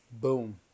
Boom